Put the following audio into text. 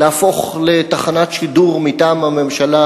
להפוך לתחנת שידור מטעם הממשלה,